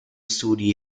studi